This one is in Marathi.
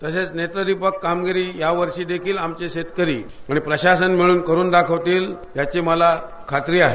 तसेच नेत्रदिप कामगिरी यावर्षी देखील आमचे शेतकरी आणि प्रशासन मिळून करून दाखवतील याची मला खात्री आहे